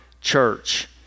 church